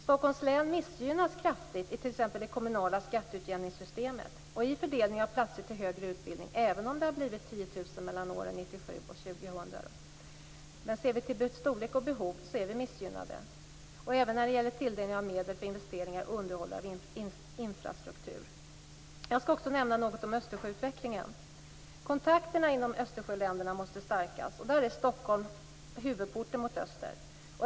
Stockholms län missgynnas kraftigt i t.ex. det kommunala skatteutjämningssystemet och i fördelning av platser till högre utbildning, även om det har tillkommit 10 000 platser under åren 1997-2000. Men ser vi till storlek och behov är Stockholm missgynnat. Det gäller också tilldelning av medel för underhåll av och investeringar i infrastruktur. Jag skall också nämna något om Östersjöutvecklingen. Kontakterna mellan Östersjöländerna måste stärkas. Där är Stockholm huvudporten mot öster.